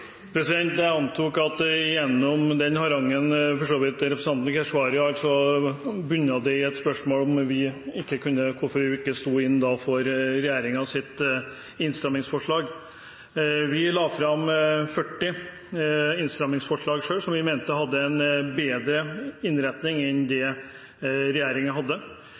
Jeg antar – gjennom den harangen representanten Keshvari hadde – at dette bunner i et spørsmål om hvorfor vi ikke sto inne for regjeringens innstrammingsforslag. Vi la selv fram 40 innstrammingsforslag som vi mente hadde en bedre innretning enn det regjeringens hadde.